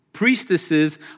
priestesses